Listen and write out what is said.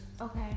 Okay